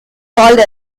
called